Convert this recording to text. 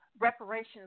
reparations